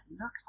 look